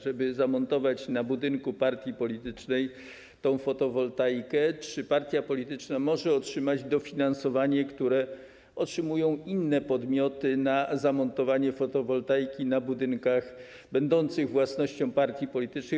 Czy żeby zamontować na budynku partii politycznej fotowoltaiki, partia polityczna może otrzymać dofinansowanie, które otrzymują inne podmioty na zamontowanie fotowoltaiki, na budynkach będących własnością partii politycznej?